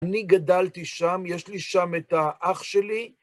אני גדלתי שם, יש לי שם את האח שלי.